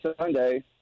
Sunday